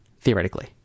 Theoretically